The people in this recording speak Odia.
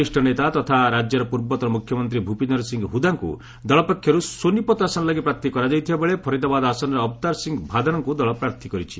ବରିଷ୍ଣ ନେତା ତତା ରାଜ୍ୟର ପୂର୍ବତନ ମୁଖ୍ୟମନ୍ତ୍ରୀ ଭୂପିନ୍ଦର ସିଂ ହୁଦାଙ୍କୁ ଦଳ ପକ୍ଷର ସୋନିପତ୍ ଆସନ ଲାଗି ପ୍ରାର୍ଥୀ କରାଯାଇଥିବାବେଳେ ଫରିଦାବାଦ୍ ଆସନରେ ଅବତାର ସିଂ ଭାଦାନାଙ୍କୁ ଦଳ ପ୍ରାର୍ଥୀ କରିଛି